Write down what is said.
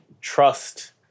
trust